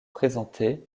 présenté